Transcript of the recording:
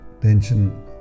tension